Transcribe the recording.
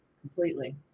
completely